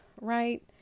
right